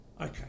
Okay